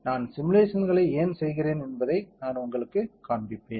நான் சிமுலேஷன்ஸ்களைச் ஏன் செய்கிறேன் என்பதை நான் உங்களுக்குக் காண்பிப்பேன்